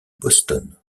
boston